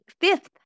fifth